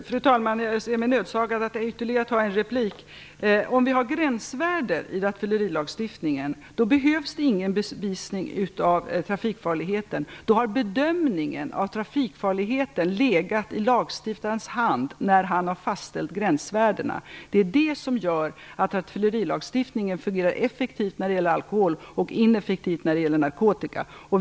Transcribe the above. Fru talman! Jag ser mig nödsakad att ta ytterligare en replik. Om vi har gränsvärde i rattfyllerilagstiftningen behövs det ingen bevisning av trafikfarligheten. Då har bedömningen av trafikfarligheten legat i lagstiftarens hand när han har fastställt gränsvärdena. Det är det som gör att rattfyllerilagstiftningen fungerar effektivt när det gäller alkohol och ineffektivt när det gäller narkotika.